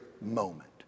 moment